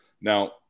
Now